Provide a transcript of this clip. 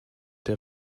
der